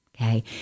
Okay